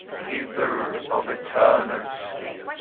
giver of eternal sleep.